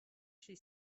she